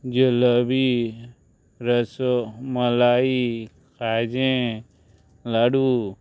जलोबी रसो मलाई खाजें लाडू